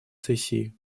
сессии